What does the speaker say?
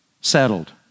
Settled